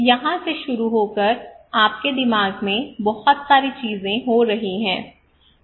यहां से शुरू होकर आपके दिमाग में बहुत सारी चीजें हो रही हैं